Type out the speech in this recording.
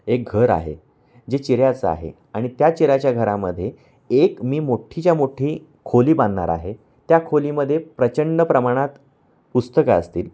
एक घर आहे जे चिऱ्याचं आहे आणि त्या चिऱ्याच्या घरामध्ये एक मी मोठ्ठीच्या मोठी खोली बांधणार आहे त्या खोलीमध्ये प्रचंड प्रमाणात पुस्तकं असतील